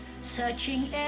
Searching